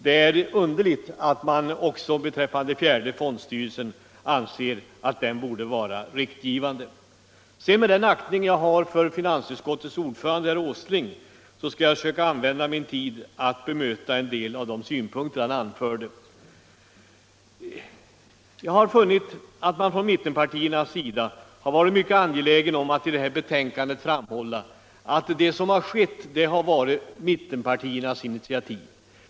Det är underligt att man anser att detta borde vara riktgivande också för fjärde fondstyrelsen. Med all aktning för finansutskottets ordförande, herr Åsling, skall jag använda min tid till att bemöta en del av de synpunkter han anförde. Jag har funnit att man från mittenpartiernas sida varit mycket angelägen om att i detta betänkande framhålla, att allt har skett på mittenpartiernas initiativ.